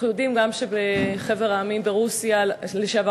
אנחנו יודעים גם שבברית-המועצות לשעבר,